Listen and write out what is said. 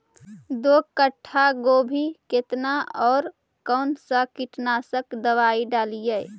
दो कट्ठा गोभी केतना और कौन सा कीटनाशक दवाई डालिए?